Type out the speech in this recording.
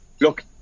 Look